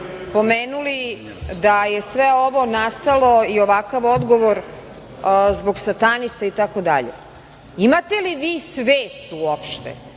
pomenuli da je sve ovo nastalo i ovakav odgovor zbog satanista itd. Imate li vi svest uopšte